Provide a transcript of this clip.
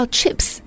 Chips